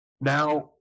now